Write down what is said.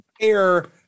air